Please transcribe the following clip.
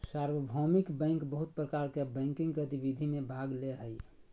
सार्वभौमिक बैंक बहुत प्रकार के बैंकिंग गतिविधि में भाग ले हइ